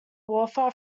wafer